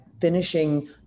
finishing